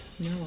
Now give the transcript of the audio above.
No